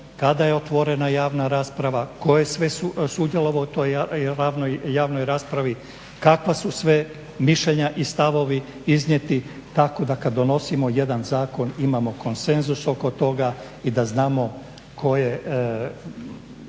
kada je otvorena javna rasprava, tko je sve sudjelovao u toj javnoj raspravi, kakva su sve mišljenja i stavovi i iznijeti tako kada donosimo jedan zakon imamo konsenzus oko toga i da znamo koliku